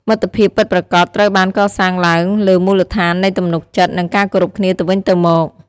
មិត្តភាពពិតប្រាកដត្រូវបានកសាងឡើងលើមូលដ្ឋាននៃទំនុកចិត្ត និងការគោរពគ្នាទៅវិញទៅមក។